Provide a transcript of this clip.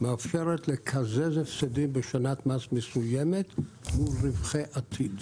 מאפשרת לקזז הפסדים בשנת מס מסוימת מול רווחי עתיד.